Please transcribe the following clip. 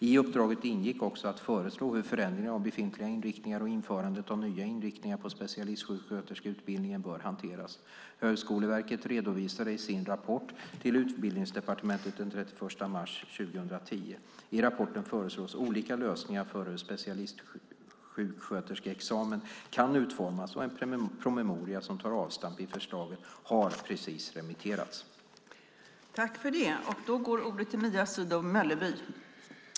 I uppdraget ingick också att föreslå hur förändringar av befintliga inriktningar och införandet av nya inriktningar på specialistsjuksköterskeutbildningen bör hanteras. Högskoleverket redovisade sin rapport till Utbildningsdepartementet den 31 mars 2010. I rapporten föreslås olika lösningar för hur specialistsjuksköterskeexamen kan utformas, och en promemoria som tar avstamp i förslagen har precis remitterats. Då Eva Olofsson, som framställt interpellationen, anmält att hon var förhindrad att närvara vid sammanträdet medgav förste vice talmannen att Mia Sydow Mölleby i stället fick delta i överläggningen.